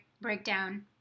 breakdown